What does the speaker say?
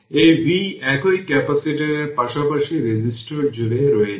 এই v একই ক্যাপাসিটরের পাশাপাশি রেজিস্টর জুড়ে রয়েছে